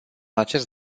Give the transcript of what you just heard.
acest